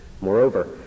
Moreover